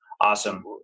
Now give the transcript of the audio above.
Awesome